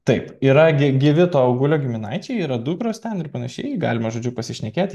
taip yra gi gyvi augulio giminaičiai yra dukros ten ir pan galima žodžiu pasišnekėti